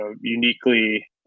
uniquely